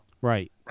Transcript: Right